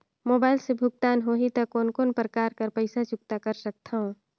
Mobile से भुगतान होहि त कोन कोन प्रकार कर पईसा चुकता कर सकथव?